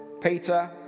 Peter